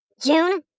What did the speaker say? June